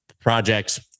projects